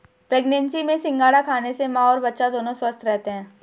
pregnancy में सिंघाड़ा खाने से मां और बच्चा दोनों स्वस्थ रहते है